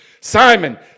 Simon